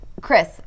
Chris